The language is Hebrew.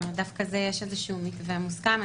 דווקא לזה יש איזשהו מתווה מוסכם.